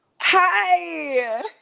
Hi